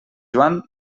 joan